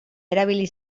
erabili